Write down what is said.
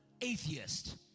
atheist